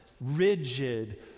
rigid